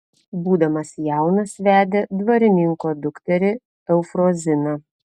būdamas jaunas vedė dvarininko dukterį eufroziną